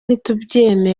ntitugomba